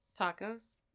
Tacos